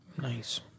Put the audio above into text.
Nice